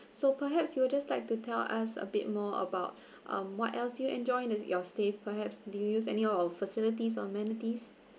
so perhaps you were just like to tell us a bit more about um what else do you enjoy in the your stay perhaps do you use any our facilities or amenities